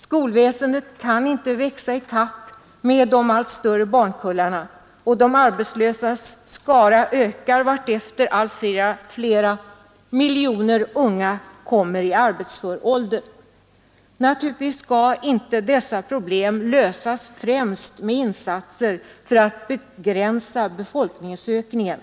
Skolväsendet kan inte växa i takt med de allt större barnkullarna, och de arbetslösas skara ökar efter hand som allt fler miljoner unga kommer upp i arbetsför ålder. Naturligtvis skall inte dessa problem lösas främst med insatser för att begränsa befolkningsökningen.